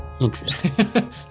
Interesting